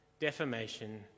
defamation